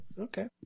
Okay